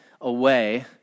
away